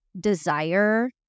desire